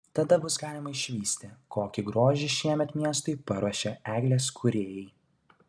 tada bus galima išvysti kokį grožį šiemet miestui paruošė eglės kūrėjai